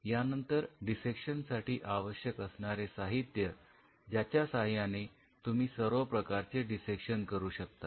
यानंतर डिसेक्शन साठी आवश्यक असणारे साहित्य ज्याच्या सहाय्याने तुम्ही सर्व प्रकारचे डिसेक्शन करू शकता